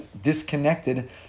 disconnected